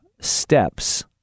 steps